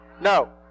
No